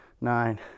nine